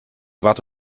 warte